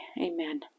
amen